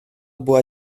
była